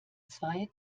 zwei